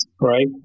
Right